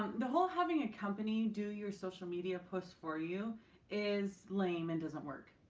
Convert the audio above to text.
the whole having a company do your social media posts for you is lame and doesn't work.